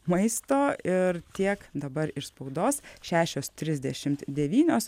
maisto ir tiek dabar iš spaudos šešios trisdešim devynios